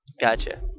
Gotcha